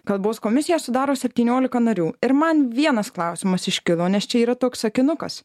kalbos komisiją sudaro septyniolika narių ir man vienas klausimas iškilo nes čia yra toks sakinukas